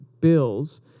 bills